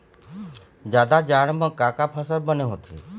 जादा जाड़ा म का का फसल बने होथे?